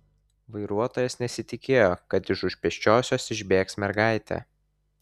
vairuotojas nesitikėjo kad iš už pėsčiosios išbėgs mergaitė